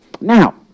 Now